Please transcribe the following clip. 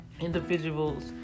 individuals